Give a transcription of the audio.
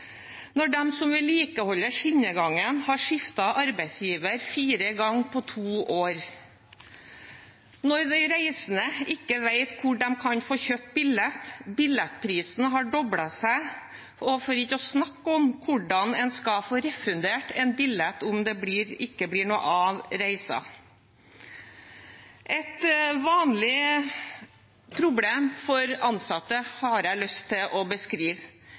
når de som vedlikeholder skinnegangen, har skiftet arbeidsgiver fire ganger på to år, når de reisende ikke vet hvor de kan få kjøpt billett, eller hvordan de skal få refundert en billett om det ikke blir noe av reisen, og når billettprisen har doblet seg? Jeg har lyst til å beskrive et vanlig problem for ansatte: Jernbanedirektoratet vil ikke bevilge penger til Bane NOR for å